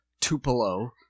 Tupelo